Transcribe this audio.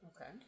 Okay